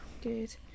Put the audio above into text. Good